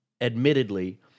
admittedly